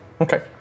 Okay